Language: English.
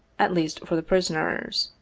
at least for the prisoners.